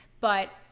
but-